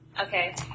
Okay